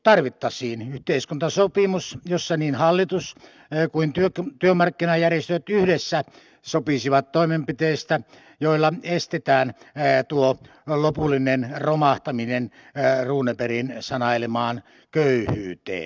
tarvittaisiin yhteiskuntasopimus jossa niin hallitus kuin työmarkkinajärjestötkin yhdessä sopisivat toimenpiteistä joilla estetään tuo lopullinen romahtaminen runebergin sanailemaan köyhyyteen